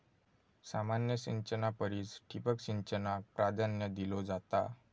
सामान्य सिंचना परिस ठिबक सिंचनाक प्राधान्य दिलो जाता